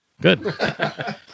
good